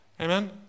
Amen